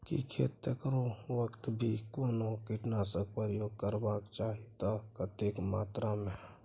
की खेत करैतो वक्त भी कोनो कीटनासक प्रयोग करबाक चाही त कतेक मात्रा में?